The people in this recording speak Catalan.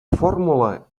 fórmula